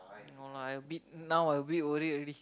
no lah a bit now I a bit worry already